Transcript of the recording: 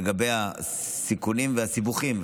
לגבי הסיכונים והסיבוכים,